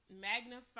magnify